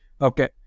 Okay